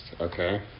okay